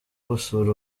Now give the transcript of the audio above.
gusura